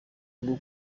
bwo